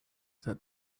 that